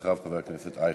אחריו, חבר הכנסת אייכלר.